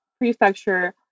prefecture